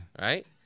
right